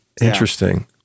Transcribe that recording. Interesting